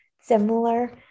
similar